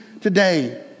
today